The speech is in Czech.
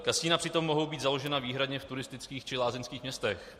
Kasina přitom mohou být založena výhradně v turistických či lázeňských městech.